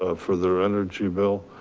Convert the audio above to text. ah for their energy bill.